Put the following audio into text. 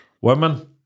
women